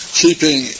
keeping